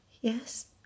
Yes